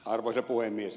arvoisa puhemies